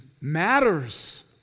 matters